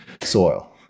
soil